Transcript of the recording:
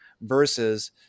versus